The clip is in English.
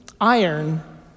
iron